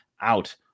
out